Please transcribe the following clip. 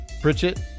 Pritchett